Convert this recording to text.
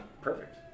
perfect